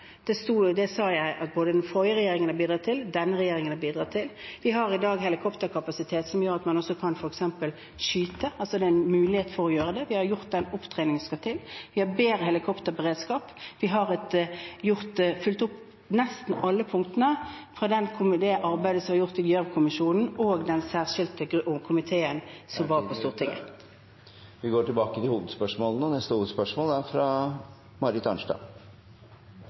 Det sa jeg at både den forrige regjeringen og denne regjeringen har bidratt til. Vi har i dag helikopterkapasitet som gjør at man f. eks. kan skyte – det er altså en mulighet for å gjøre det. Vi har gjort den opptreningen som skal til, vi har bedre helikopterberedskap, og vi har oppfylt nesten alle punktene fra det arbeidet som er gjort i Gjørv-kommisjonen og i den særskilte komité på Stortinget. Da er taletiden ute. Vi går til neste hovedspørsmål. Gjennom rovviltforlik i 2004 og